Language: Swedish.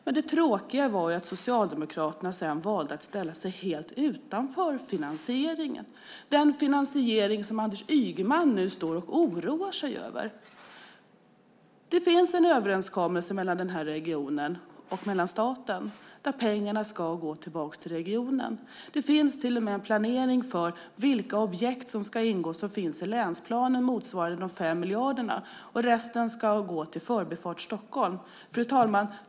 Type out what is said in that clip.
Men det tråkiga var att Socialdemokraterna sedan valde att ställa sig helt utanför finansieringen - den finansiering som Anders Ygeman nu står och oroar sig över. Det finns en överenskommelse mellan regionen och staten där pengarna ska gå tillbaka till regionen. Det finns till och med en planering för vilka objekt som ska ingå som finns i länsplanen, motsvarande de 5 miljarderna. Resten ska gå till Förbifart Stockholm. Fru talman!